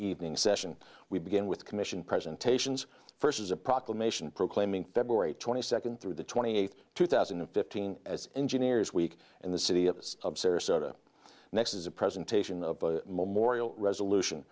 evening session we begin with the commission presentations first as a proclamation proclaiming february twenty second through the twenty eighth two thousand and fifteen as engineers week in the city of sarasota next is a presentation of a memorial resolution